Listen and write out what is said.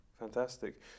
Fantastic